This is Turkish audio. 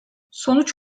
sonuç